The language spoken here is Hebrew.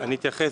אני אתייחס.